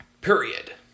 Period